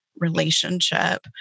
relationship